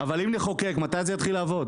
אבל אם נחוקק, מתי זה יתחיל לעבוד?